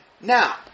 Now